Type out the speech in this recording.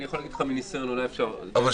אני יכול להגיד לך מניסיון שאולי אפשר --- רגע,